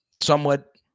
somewhat